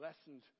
lessened